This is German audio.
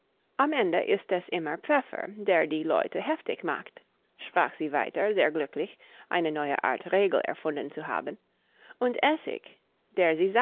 am ende ist es immer pfeffer der die leute heftig macht sprach sie weiter sehr glücklich eine neue art regel erfunden zu haben und essig der sie